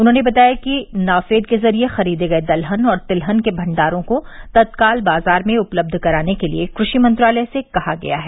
उन्होंने बताया कि नाफेड के जरिए खरीदे गए दलहन और तिलहन के भंडारों को तत्काल बाजार में उपलब्ध कराने के लिए कृषि मंत्रालय से कहा गया है